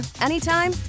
anytime